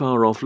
FAR-OFF